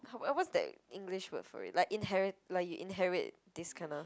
oh what's that english word for it like inherit like you inherit this kinda